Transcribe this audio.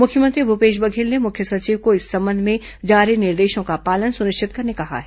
मुख्यमंत्री भूपेश बघेल ने मुख्य सचिव को इस संबंध में जारी निर्देशों का पालन सुनिश्चित करने कहा है